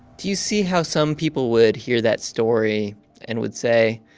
do you see how some people would hear that story and would say,